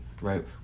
right